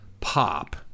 pop